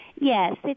Yes